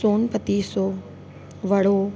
सोन पतीशो वड़ो